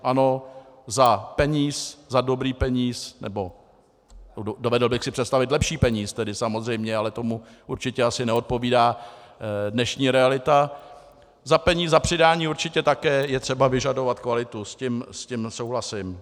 Ano, za peníz, za dobrý peníz, nebo dovedl bych si představit lepší peníz, tedy samozřejmě, ale tomu určitě asi neodpovídá dnešní realita, za přidání určitě také je třeba vyžadovat kvalitu, s tím souhlasím.